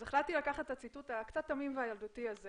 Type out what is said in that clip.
אז החלטתי לקחת את הציטוט הקצת תמים וילדותי הזה